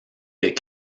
des